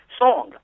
song